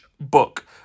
book